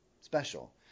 special